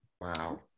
Wow